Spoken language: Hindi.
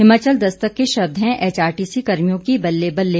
हिमाचल दस्तक के शब्द हैं एचआरटीसी कर्मियों की बल्ले बल्ले